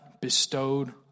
bestowed